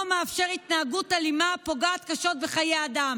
מאפשר התנהגות אלימה הפוגעת קשות בחיי אדם?